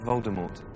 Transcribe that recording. Voldemort